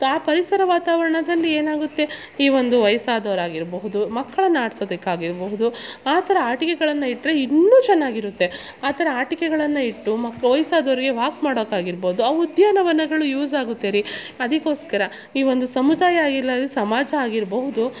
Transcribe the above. ಆ ಪರಿಸರ ವಾತಾವರಣದಲ್ಲಿ ಏನಾಗುತ್ತೆ ಈ ಒಂದು ವಯಸ್ಸಾದವರಾಗಿರಬಹುದು ಮಕ್ಕಳನ್ನ ಆಡಿಸೋದಕ್ಕಾಗಿರ್ಬಹುದು ಆ ಥರ ಆಟಿಕೆಗಳನ್ನು ಇಟ್ಟರೆ ಇನ್ನು ಚೆನ್ನಾಗಿರುತ್ತೆ ಆ ಥರ ಆಟಿಕೆಗಳನ್ನು ಇಟ್ಟು ಮಕ್ಕ ವಯಸ್ಸಾದವರಿಗೆ ವಾಕ್ ಮಾಡೋಕ್ಕಾಗಿರ್ಬೌದು ಆ ಉದ್ಯಾನವನಗಳು ಯೂಸ್ ಆಗುತ್ತೆರಿ ಅದಕ್ಕೋಸ್ಕರ ಈ ಒಂದು ಸಮುದಾಯ ಇಲ್ಲ ಸಮಾಜ ಆಗಿರಬಹುದು